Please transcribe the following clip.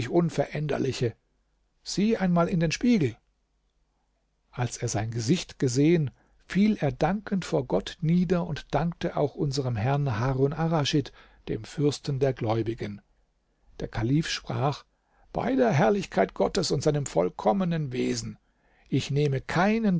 unveränderliche sieh einmal in den spiegel als er sein gesicht gesehen fiel er dankend vor gott nieder und dankte auch unserem herrn harun arraschid dem fürsten der gläubigen der kalif sprach bei der herrlichkeit gottes und seinem vollkommenen wesen ich nehme keinen